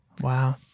Wow